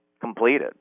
completed